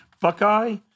Buckeye